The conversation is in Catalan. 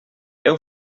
heu